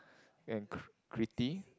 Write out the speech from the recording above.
and cr~ Crete